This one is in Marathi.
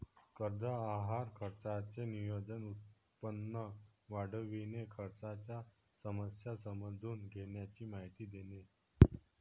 कर्ज आहार खर्चाचे नियोजन, उत्पन्न वाढविणे, खर्चाच्या समस्या समजून घेण्याची माहिती देणे